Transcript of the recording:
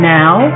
now